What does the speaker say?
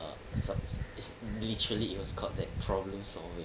err sub it's literally it was called that problem solving